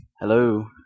hello